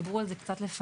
דיברו על זה קצת לפניי.